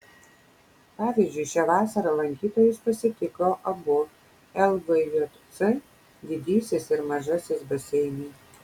pavyzdžiui šią vasarą lankytojus pasitiko abu lvjc didysis ir mažasis baseinai